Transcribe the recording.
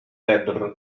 cedr